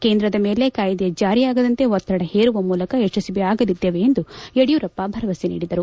ಕೇಂದ್ರದ ಮೇಲೆ ಕಾಯಿದೆ ಜಾರಿಯಾಗದಂತೆ ಒತ್ತಡ ಹೇರುವ ಮೂಲಕ ಯಶಸ್ವಿಯಾಗಲಿದ್ದೇವೆ ಎಂದು ಯಡಿಯೂರಪ್ಪ ಭರವಸೆ ನೀಡಿದರು